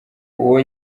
uwo